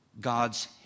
God's